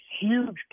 huge